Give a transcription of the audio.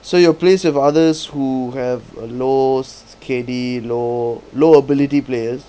so you're place with others who have a low K_D low low ability players